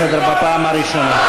לסדר בפעם הראשונה.